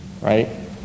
right